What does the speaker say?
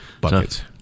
buckets